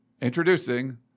introducing